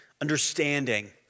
understanding